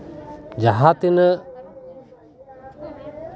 ᱡᱟᱦᱟᱸ ᱛᱤᱱᱟᱹᱜ